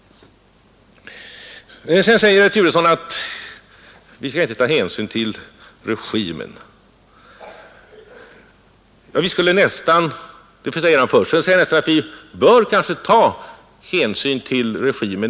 Vidare sade herr Turesson att vi inte skall ta hänsyn till regimen i ett mottagarland, men omedelbart efteråt sade han att vi kanske just bör ta hänsyn till regimen.